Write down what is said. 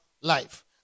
life